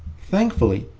thankfully,